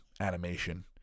animation